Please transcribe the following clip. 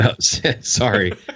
sorry